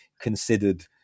considered